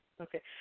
Okay